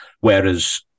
Whereas